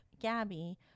Gabby